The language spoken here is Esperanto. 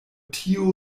tiu